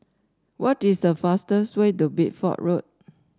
what is the fastest way to Bideford Road